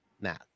math